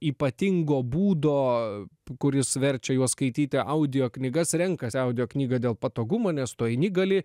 ypatingo būdo kuris verčia juos skaityti audio knygas renkasi audio knygą dėl patogumo nes tu eini gali